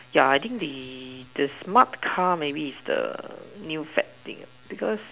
yeah I think the the smart car maybe is the new fat thing because